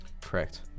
correct